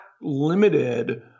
limited